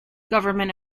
government